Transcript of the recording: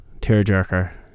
tearjerker